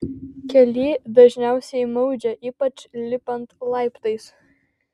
kelį dažniausiai maudžia ypač lipant laiptais